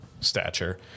stature